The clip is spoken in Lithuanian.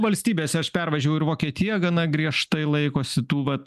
valstybėse aš pervažiavau ir vokietija gana griežtai laikosi tų vat